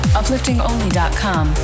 upliftingonly.com